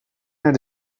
naar